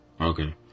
Okay